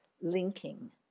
linking